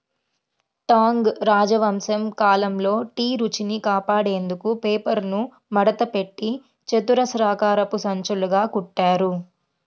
Tang రాజవంశం కాలంలో tea రుచిని కాపాడేందుకు పేపర్ను మడతపెట్టి చతురస్రాకారపు సంచులుగా కుట్టారు